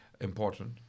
important